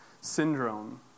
syndrome